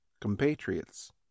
compatriots